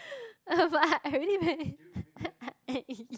but I really meant